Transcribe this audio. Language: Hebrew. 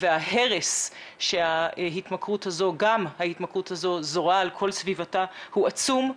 וההרס שגם ההתמכרות הזו זורה על כל סביבתה הוא עצום.